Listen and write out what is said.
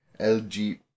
LG